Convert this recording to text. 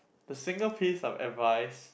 the single piece of advice